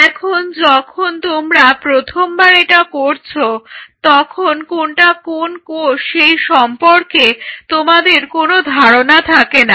এখন যখন তোমরা প্রথমবার এটা করছ তখন কোনটা কোন কোষ সেই সম্পর্কে তোমাদের কোনো ধারণা থাকে না